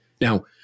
Now